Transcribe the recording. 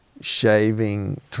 shaving